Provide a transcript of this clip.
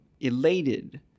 elated